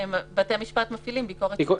ובתי המשפט מפעילים ביקורת שיפוטית.